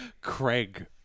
Craig